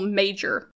major